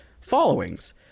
followings